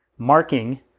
marking